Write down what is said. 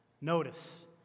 Notice